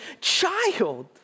child